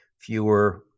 fewer